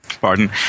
pardon